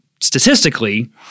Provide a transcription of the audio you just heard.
statistically